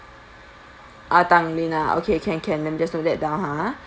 ah tanglin ah okay can can let me just note that down ha